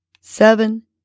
seven